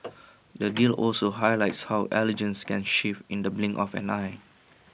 the deal also highlights how allegiances can shift in the blink of an eye